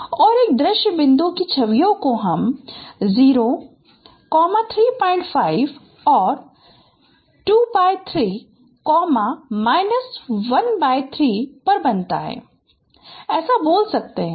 और एक दृश्य बिंदु कि छवियों को हम 0 35 और 23 13 पर बनता है ऐसा बोल सकते है